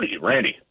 Randy